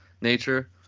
nature